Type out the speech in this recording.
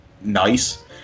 nice